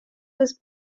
was